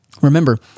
Remember